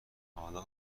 حالا